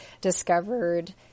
discovered